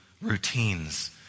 routines